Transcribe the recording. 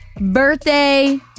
birthday